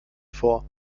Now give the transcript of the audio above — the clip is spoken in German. vor